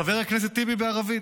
חבר הכנסת טיבי בערבית,